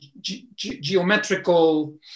geometrical